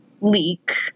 leak